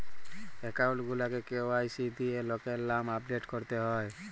account গুলাকে KYC দিঁয়ে লকের লামে আপডেট ক্যরতে হ্যয়